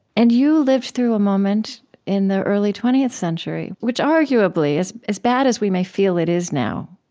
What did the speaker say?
and you lived through a moment in the early twentieth century, which arguably, as as bad as we may feel it is now,